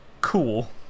Cool